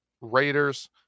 raiders